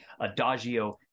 Adagio